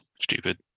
stupid